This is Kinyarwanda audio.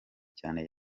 cyane